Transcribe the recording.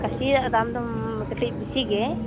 ᱠᱟᱹᱥᱤᱭᱟᱜ ᱫᱟᱢ ᱠᱟᱹᱴᱤᱡ ᱵᱮᱥᱤ ᱜᱮ